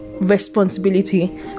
responsibility